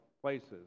places